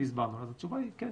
אז התשובה היא כן,